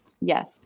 Yes